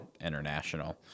international